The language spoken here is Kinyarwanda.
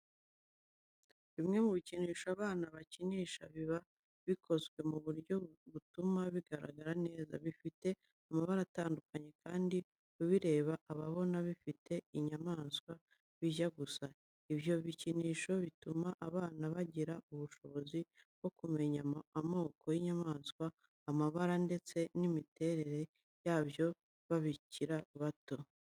Bimwe mu bikinisho abana bakinisha biba bikozwe mu buryo butuma bigaragara neza, bifite amabara atandukanye, kandi ubireba aba abona bifite inyamanswa bijya gusa. Ibyo bikinisho bituma abana bagira ubushobozi bwo kumenya amoko y'inyamaswa, amabara, ndetse n'imiterere yabyo bakiri bato.